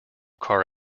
car